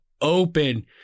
open